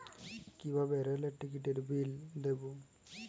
কিভাবে রেলের টিকিটের বিল দেবো?